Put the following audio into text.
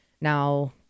now